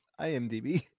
IMDb